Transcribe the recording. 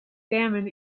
salmon